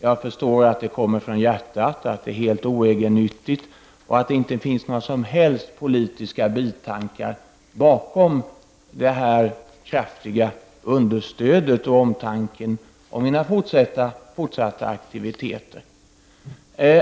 Jag förstår att det kommer från hjärtat, att det var helt och oegennyttigt och att det inte finns några som helst politiska bitankar bakom detta kraftiga understöd och den omtanken om mina fortsatta aktiviteter.